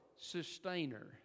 sustainer